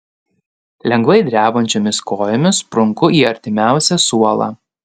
lengvai drebančiomis kojomis sprunku į artimiausią suolą